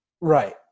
Right